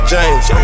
James